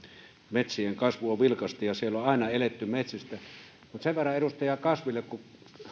metsien kasvu on vilkasta ja jolla on aina eletty metsistä sen verran edustaja kasville kun